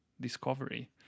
discovery